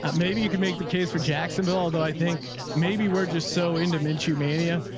ah maybe you could make the case for jacksonville, although i think maybe we're just so in dementia mania,